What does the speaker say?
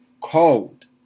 cold